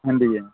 ହେନ୍ତି କି